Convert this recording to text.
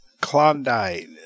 Klondike